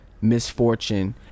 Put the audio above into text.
misfortune